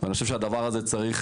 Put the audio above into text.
ואני חושב שהדבר הזה צריך,